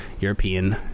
European